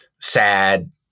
sad